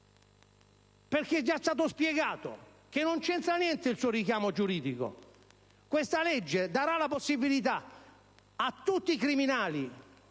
erra! È già stato spiegato che non c'entra niente il suo richiamo giuridico: questa legge darà la possibilità a tutti i criminali